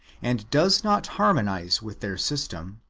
and does not harmonize with their system,